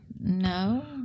No